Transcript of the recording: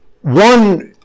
one